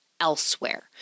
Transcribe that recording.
elsewhere